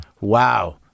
Wow